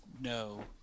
no